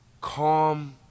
calm